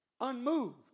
unmoved